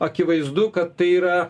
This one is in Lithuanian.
akivaizdu kad tai yra